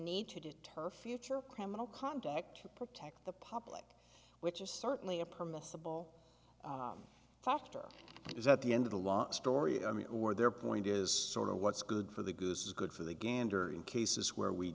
need to deter future criminal conduct report the public which is certainly a permissible factor is at the end of a long story i mean or their point is sort of what's good for the goose is good for the gander in cases where we